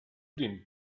den